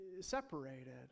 separated